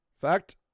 fact